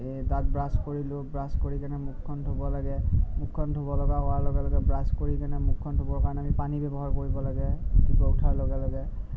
দাঁত ব্ৰাছ কৰিলোঁ দাঁত ব্ৰাছ কৰি কিনে মুখখন ধুব লাগে মুখখন ধুব লগা হোৱাৰ লগে লগে ব্ৰাছ কৰি কিনে মুখ ধুবৰ কাৰণে আমি পানী ব্যৱহাৰ কৰিব লাগে ৰাতিপুৱা উঠাৰ লগে লগে